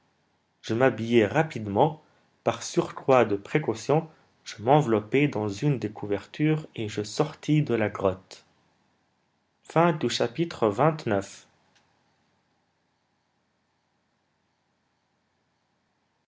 je m'habillai rapidement par surcroît de précaution je m'enveloppai dans une des couvertures et je sortis de la grotte xxx